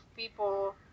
people